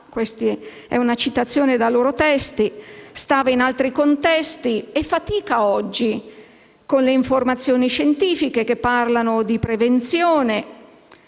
questa è una citazione dai loro testi - quando stava in altri contesti e fa fatica, oggi, con informazioni scientifiche che parlano di prevenzione